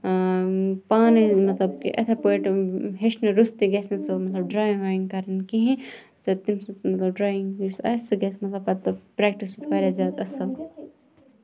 پانہٕ مطلب یِتھٕے پٲٹھۍ ہٮ۪چھنہٕ روٚستٕے گژھِ نہٕ سُہ مطلب ڈرایِنگ وایِنگ کَرٕنۍ کِہیٖنۍ نہٕ تہٕ تٔمۍ سٕنز ڈرایِنگ یۄس آسہِ سۄ گژھِ پَتہٕ پریکٹِس واریاہ زیادٕ اَصٕل